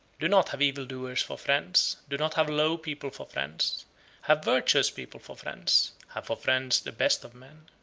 do not have evil-doers for friends, do not have low people for friends have virtuous people for friends, have for friends the best of men.